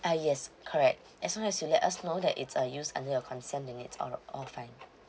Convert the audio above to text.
uh yes correct as long as you let us know that it's uh use under your consent then it's all all fine